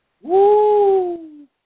Woo